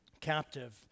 captive